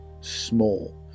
small